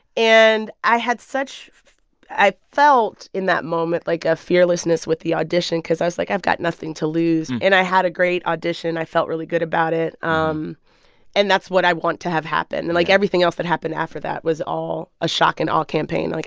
and i had such i felt in that moment, like, a fearlessness with the audition because i was, like, i've got nothing to lose. and i had a great audition. i felt really good about it. um and that's what i want to have happen. and, like, everything else that happened after that was all a shock and awe campaign. like